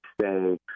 say